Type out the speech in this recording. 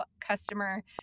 customer